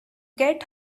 get